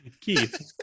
Keith